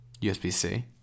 USB-C